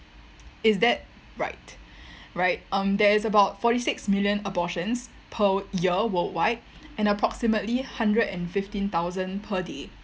is that right right um there is about forty six million abortions per year worldwide and approximately a hundred and fifteen thousand per day